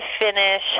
finish